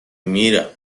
میرم